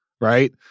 Right